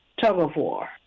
tug-of-war